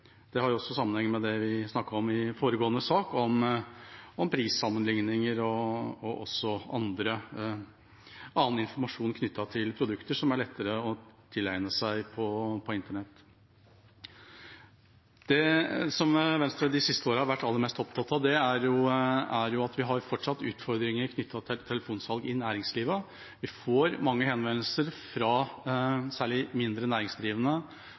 Det har også sammenheng med det som vi snakket om i foregående sak, om prissammenligninger og også annen informasjon knyttet til produkter som er lettere å tilegne seg på internett. Det som Venstre de siste årene har vært aller mest opptatt av, er at vi fortsatt har utfordringer knyttet til telefonsalg i næringslivet. Vi får mange henvendelser, særlig fra mindre næringsdrivende